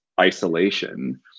isolation